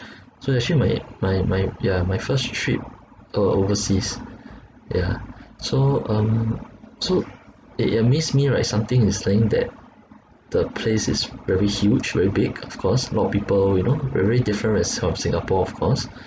so actually my my my yeah my first trip uh overseas yeah so um so it amaze me right something is saying that the place is very huge very big of course a lot of people you know very difference from singapore of course